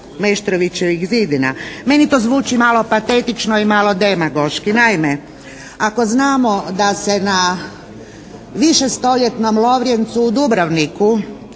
Meštrovićevih zidina. Meni to zvuči malo patetično i malo demagoški. Naime, ako znamo da se na više stoljetnom Lovrijencu u Dubrovniku